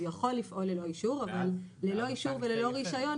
הוא יכול לפעול ללא אישור אבל ללא אישור וללא רישיון,